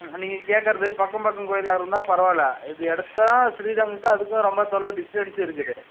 நீங்கள் கேக்கிறது பக்கம் பக்கம் கோவிலாக இருந்தால் பரவாயில்ல இது எடுத்தால் ஸ்ரீரங்கத்துக்கும் அதுக்கும் ரொம்ப தொலைவு டிஸ்ட்டன்ஸ் இருக்குது